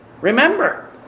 Remember